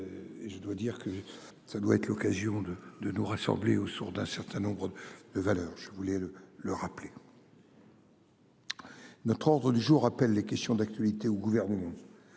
je dois dire que ça doit être l'occasion de de nous rassembler au sourde un certain nombre. De valeurs, je voulais le le rappeler. Notre ordre du jour appelle les questions d'actualité au gouvernement.